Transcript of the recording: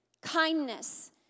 kindness